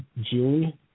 Julie